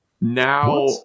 Now